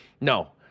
no